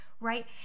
right